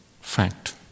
fact